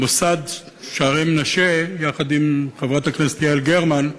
במוסד "שער מנשה", יחד עם חברת הכנסת יעל גרמן,